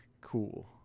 cool